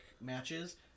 matches